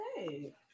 okay